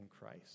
Christ